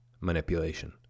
manipulation